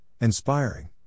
inspiring